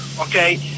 okay